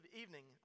evening